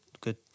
good